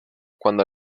cuando